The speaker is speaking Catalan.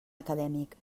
acadèmic